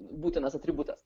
būtinas atributas